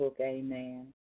Amen